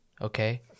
okay